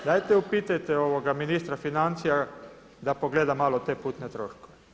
Dajte upitajte ministra financija da pogleda malo te putne troškove.